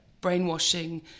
brainwashing